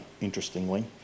interestingly